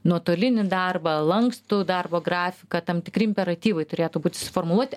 nuotolinį darbą lankstų darbo grafiką tam tikri imperatyvai turėtų būt susiformuluoti